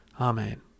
amen